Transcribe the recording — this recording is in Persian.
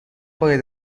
باید